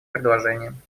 предложением